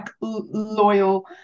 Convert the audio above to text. loyal